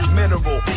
mineral